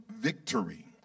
victory